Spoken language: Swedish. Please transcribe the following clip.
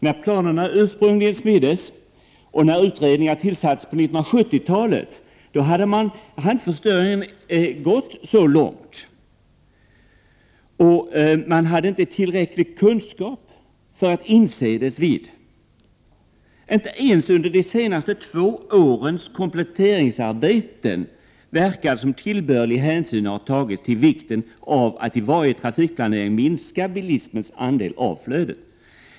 När planerna ursprungligen smiddes och när utredningarna tillsattes på 1970-talet hade förstöringen inte gått så långt som nu. Dessutom hade man inte tillräcklig kunskap om problemen för att inse deras vidd. Inte ens i samband med de senaste två årens kompletteringsarbeten verkar tillbörlig hänsyn ha tagits till vikten av att vid varje trafikplanering minska bilismens andel av flödet.